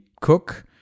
cook